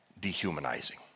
dehumanizing